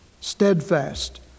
steadfast